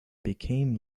became